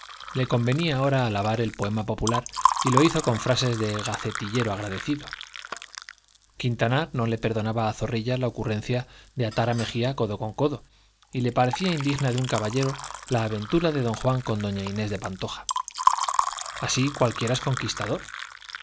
le convenía ahora alabar el poema popular y lo hizo con frases de gacetillero agradecido quintanar no le perdonaba a zorrilla la ocurrencia de atar a mejía codo con codo y le parecía indigna de un caballero la aventura de don juan con doña inés de pantoja así cualquiera es conquistador